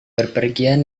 bepergian